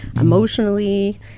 emotionally